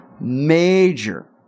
major